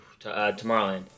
Tomorrowland